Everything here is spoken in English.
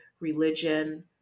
religion